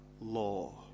law